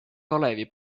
kalevi